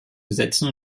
gesetzen